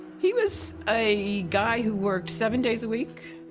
he was a guy who worked seven days a week.